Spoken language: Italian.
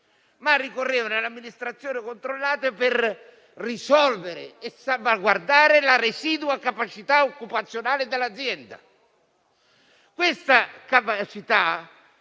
ma ricorrevano all'amministrazione controllata per risolvere e salvaguardare la residua capacità occupazionale dell'azienda.